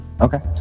Okay